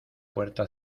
puerta